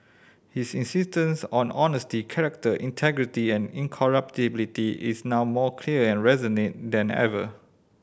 his insistence on honesty character integrity and incorruptibility is now more clear and resonant than ever